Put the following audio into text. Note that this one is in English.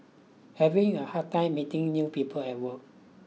having a hard time meeting new people at work